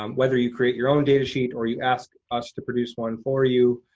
um whether you create your own data sheet or you ask us to produce one for you,